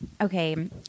okay